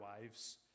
wives